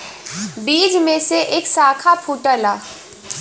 बीज में से एक साखा फूटला